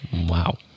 Wow